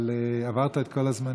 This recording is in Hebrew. אבל עברת את כל הזמנים.